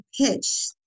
pitch